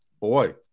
boy